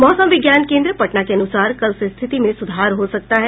मौसम विज्ञान केंद्र पटना के अनुसार कल से स्थिति में सुधार हो सकता है